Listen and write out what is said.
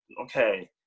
okay